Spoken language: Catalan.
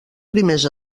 primers